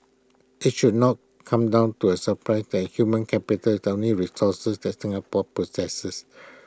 IT should not come down to A surprise that the human capital is the only resource that Singapore possesses